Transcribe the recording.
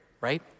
right